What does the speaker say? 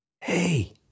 hey